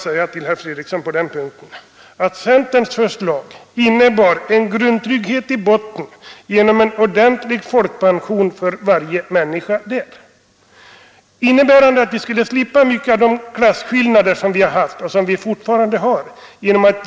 Låt mig bara säga på den punkten att centerns förslag innebar en grundtrygghet i botten genom en ordentlig folkpension för varje människa. Genom en grundtrygghet och påbyggnad på denna skulle man slippa en hel del av de klasskillnader som vi hade och fortfarande har.